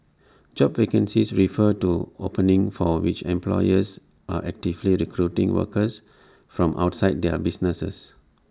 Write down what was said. job vacancies refer to openings for which employers are actively recruiting workers from outside their businesses